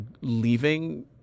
leaving